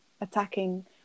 attacking